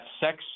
sex